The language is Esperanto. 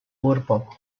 urbo